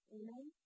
Amen